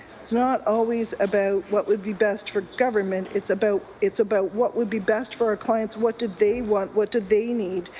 it's not always about what would be best for government. it's about it's about what would be best for our clients. what do they want? what do they need?